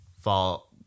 fall